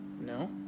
no